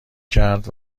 کرد